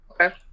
Okay